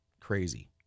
crazy